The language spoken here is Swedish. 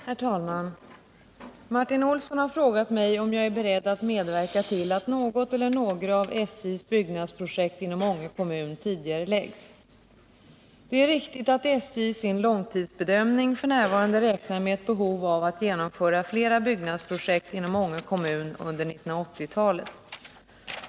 Herr talman! Martin Olsson har frågat mig om jag är beredd att medverka till att något eller några av SJ:s byggnadsprojekt inom Ånge kommun tidigareläggs. Det är riktigt att SJ i sin långtidsbedömning f. n. räknar med ett behov av att genomföra flera byggnadsobjekt inom Ånge kommun under 1980-talet.